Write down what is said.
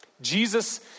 Jesus